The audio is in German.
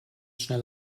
schnell